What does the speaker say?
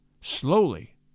Slowly